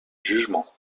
jugement